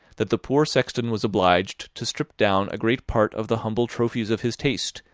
that the poor sexton was obliged to strip down a great part of the humble trophies of his taste,